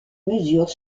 mesures